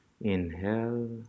Inhale